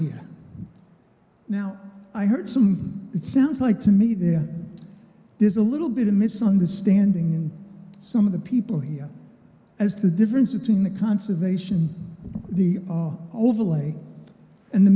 here now i heard some it sounds like to me there there's a little bit of misunderstanding in some of the people here as the difference between the conservation of the ah overlay and the